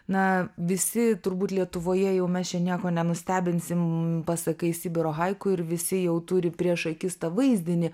na visi turbūt lietuvoje jau mes čia nieko nenustebinsim pasakai sibiro haiku ir visi jau turi prieš akis tą vaizdinį